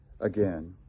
again